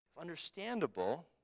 understandable